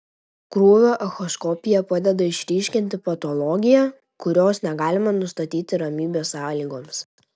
krūvio echoskopija padeda išryškinti patologiją kurios negalime nustatyti ramybės sąlygomis